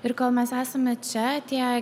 ir kol mes esame čia tie